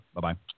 Bye-bye